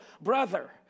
brother